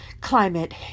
climate